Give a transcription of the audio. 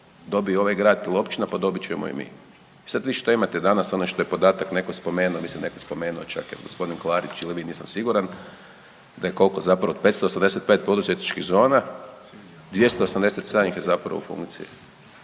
dobije ovaj grad ili općina, pa dobit ćemo i mi. I sada vi šta imate danas onaj što je podatak neko spomenuo mislim da je neko spomenuo čak je g. Klarić ili vi nisam siguran, da je koliko zapravo 585 poduzetničkih zona 287 ih je zapravo u funkciji,